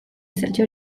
ezertxo